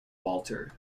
walter